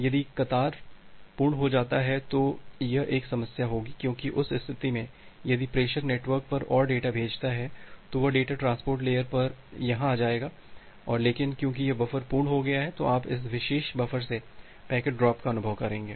यदि कतार अर्थार्त क्यू पूर्ण हो जाती है तो यह एक समस्या होगी क्योंकि उस स्थिति में यदि प्रेषक नेटवर्क पर और डेटा भेजता है तो वह डेटा ट्रांसपोर्ट लेयर पर यहाँ आएगा लेकिन क्योंकि यह बफर पूर्ण हो गया है आप इस विशेष बफ़र से पैकेट ड्रॉप का अनुभव करेंगे